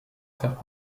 faire